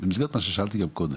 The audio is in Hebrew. במסגרת מה ששאלתי גם קודם.